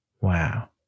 Wow